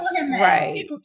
right